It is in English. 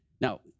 Now